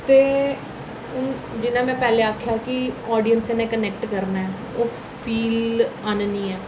ते जि'यां में पैह्लें आखेआ कि आडियंस कन्नै कनैक्ट करना ऐ ओह् फिल आह्ननी ऐ